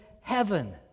heaven